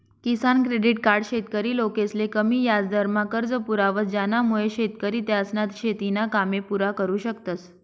किसान credit card शेतकरी लोकसले कमी याजदरमा कर्ज पुरावस ज्यानामुये शेतकरी त्यासना शेतीना कामे पुरा करु शकतस